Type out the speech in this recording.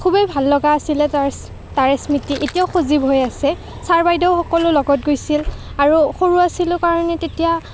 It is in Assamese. খুবেই ভাল লগা আছিলে তাৰ তাৰে স্মৃতি এতিয়াও সজীৱ হৈ আছে ছাৰ বাইদেউসকলো লগত গৈছিল আৰু সৰু আছিলোঁ কাৰণে তেতিয়া